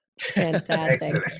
Fantastic